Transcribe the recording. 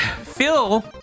Phil